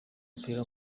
w’umupira